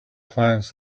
plants